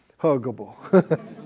huggable